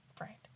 Right